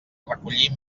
recollir